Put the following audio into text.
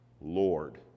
Lord